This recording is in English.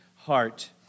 heart